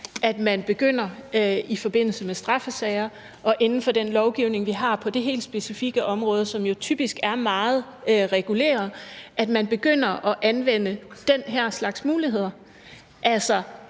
at man i forbindelse med straffesager inden for den lovgivning, vi har på det helt specifikke område, som jo typisk er meget reguleret, begynder at anvende den her slags muligheder, altså